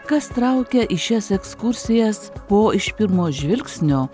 kas traukia į šias ekskursijas po iš pirmo žvilgsnio